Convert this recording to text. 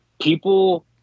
people